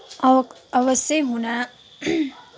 अव अवश्यै हुन